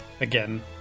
again